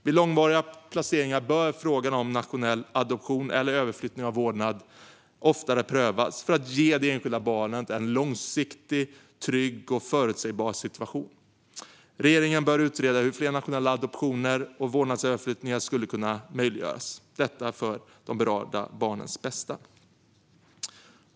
Vid långvariga placeringar bör frågan om nationell adoption eller överflyttning av vårdnad oftare prövas för att ge det enskilda barnet en långsiktig, trygg och förutsägbar situation. Regeringen bör utreda hur fler nationella adoptioner och vårdnadsöverflyttningar skulle kunna möjliggöras - detta för de berörda barnens bästa.